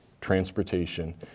transportation